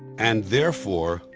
and therefore,